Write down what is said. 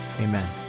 amen